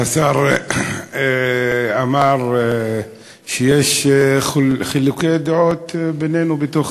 השר אמר שיש חילוקי דעות בינינו בתוך